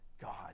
God